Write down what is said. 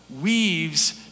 weaves